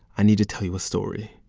i need to tell you a story.